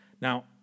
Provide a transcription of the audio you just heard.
Now